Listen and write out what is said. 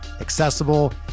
accessible